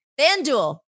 FanDuel